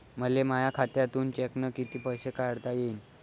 मले माया खात्यातून चेकनं कितीक पैसे काढता येईन?